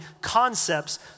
concepts